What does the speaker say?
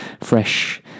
fresh